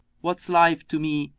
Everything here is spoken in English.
what's life to me,